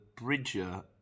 bridger